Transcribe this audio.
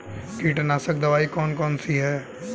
कीटनाशक दवाई कौन कौन सी हैं?